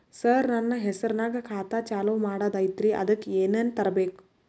ಸರ, ನನ್ನ ಹೆಸರ್ನಾಗ ಖಾತಾ ಚಾಲು ಮಾಡದೈತ್ರೀ ಅದಕ ಏನನ ತರಬೇಕ?